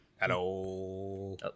Hello